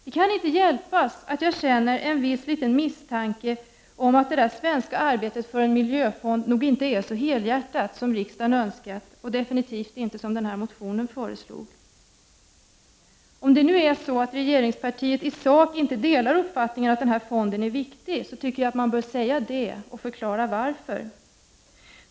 Det kan inte hjälpas att jag känner en viss misstanke om att det svenska arbetet för en miljöfond nog inte är så helhjärtat som riksdagen önskat och absolut inte som föreslås i motionen. Om det är så att regeringspartiet i sak inte delar uppfattningen att fonden är viktig, tycker jag att man bör säga det och förklara varför.